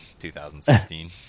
2016